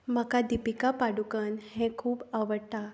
म्हाका दिपिका पाडुकन हें खूब आवडटा